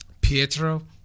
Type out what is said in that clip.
Pietro